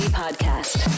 podcast